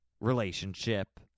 relationship